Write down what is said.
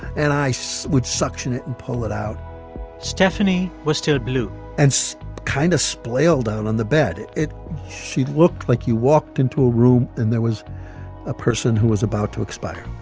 and i so would suction it and pull it out stephanie was still blue and so kind of splayed out on the bed. it it she looked like you walked into a room and there was a person who was about to expire